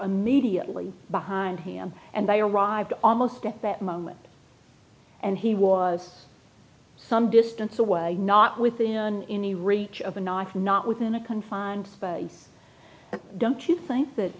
immediately behind him and they arrived almost at that moment and he was some distance away not within the reach of a knife not within a confined space but don't you think that